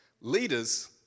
leaders